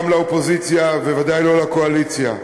לא לאופוזיציה וודאי לא לקואליציה.